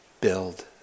build